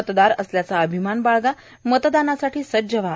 मतदार असल्याचा अभिमान बाळगा मतदानासाठी सज्ज् व्हा